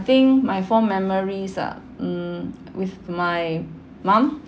think my fond memories ah um with my mum